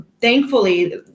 thankfully